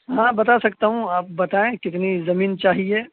ہاں بتا سکتا ہوں آپ بتائیں کتنی زمین چاہیے